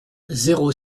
zéro